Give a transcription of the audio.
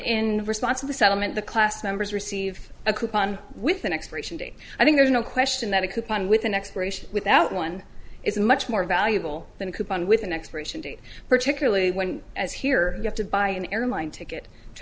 in response to the settlement the class members receive a coupon with an expiration date i think there's no question that a coupon with an expiration without one is much more valuable than a coupon with an expiration date particularly when as here you have to buy an airline ticket to